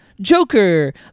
Joker